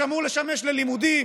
שאמור לשמש ללימודים,